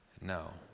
no